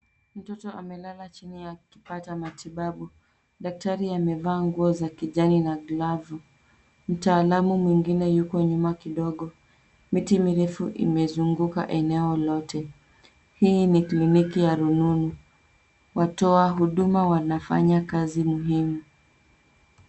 Mtoto amelala chini ya akipata matibabu .daktari amevaa nguo za kijani na glovu mtaalamu mwingine yuko nyuma kidogo, miti mirefu imezunguka eneo lote, hii ni kliniki ya rununu watoa huduma wanafanya kazi muhimu.